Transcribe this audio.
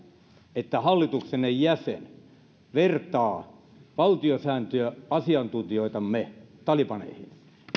että hallituksenne jäsen vertaa valtiosääntöasiantuntijoitamme talibaneihin